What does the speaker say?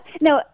no